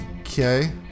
Okay